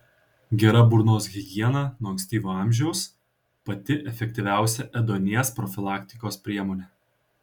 gera burnos higiena nuo ankstyvo amžiaus pati efektyviausia ėduonies profilaktikos priemonė